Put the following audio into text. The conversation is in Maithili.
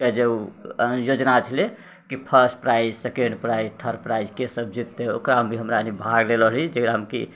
के जे ओ योजना छलै कि first prize second prize third prize के सभ जितते ओकरामे भी हमरा सनि भाग लेलो रहि जेकरामे कि